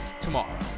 tomorrow